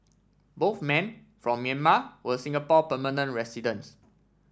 both men from Myanmar were Singapore permanent residents